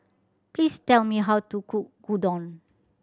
please tell me how to cook Gyudon